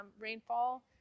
Rainfall